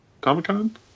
Comic-Con